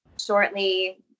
shortly